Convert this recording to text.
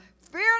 Fear